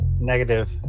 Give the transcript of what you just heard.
Negative